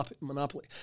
monopoly